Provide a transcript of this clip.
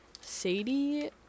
sadie